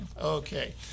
Okay